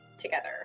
together